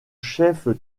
chef